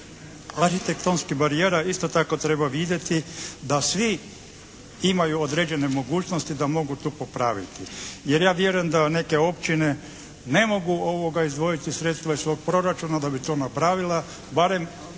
arhitektonskih barijera isto tako treba vidjeti da svi imaju određene mogućnosti da mogu to popraviti. Jer ja vjerujem da neke općine ne mogu izdvojiti sredstva iz svog proračuna da bi to napravila barem,